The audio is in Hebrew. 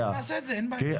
נעשה את זה, אין בעיה.